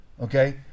Okay